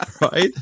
Right